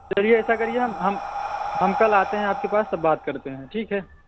चलिए ऐसा करिए हम हम हम कल आते हैं आपके पास तब बात करते हैं ठीक है